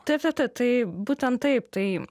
taip taip taip tai būtent taip tai